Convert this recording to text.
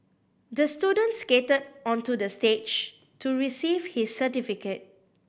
the student skated onto the stage to receive his certificate